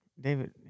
David